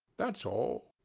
that's all.